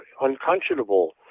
unconscionable